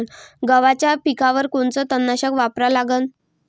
गव्हाच्या पिकावर कोनचं तननाशक वापरा लागन?